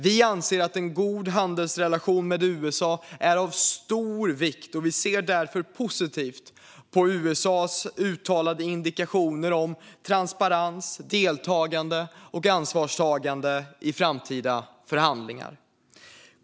Vi anser att en god handelsrelation med USA är av stor vikt, och vi ser därför positivt på USA:s uttalade indikationer om transparens, deltagande och ansvarstagande i framtida förhandlingar.